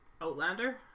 Outlander